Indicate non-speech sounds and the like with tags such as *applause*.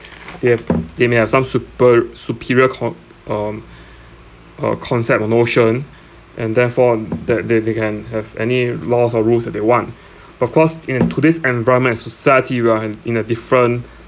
they have they may have some super superior called um *breath* uh concept of notion and therefore that they they can have any laws or rules that they want *breath* but of course in today's environment and society run in a different